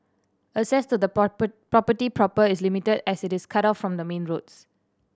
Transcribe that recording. access to the property proper is limited as it is cut off from the main roads